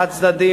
חד-צדדי,